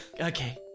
okay